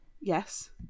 Yes